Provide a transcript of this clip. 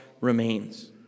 remains